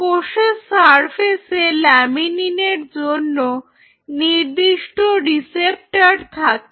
কোষের সারফেসে ল্যামিনিনের জন্য নির্দিষ্ট রিসেপ্টর থাকে